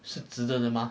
是值得的吗